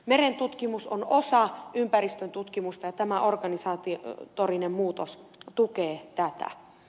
merentutkimus on osa ympäristön tutkimusta ja tämä organisatorinen muutos tukee tätä